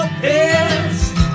pissed